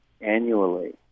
annually